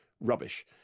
rubbish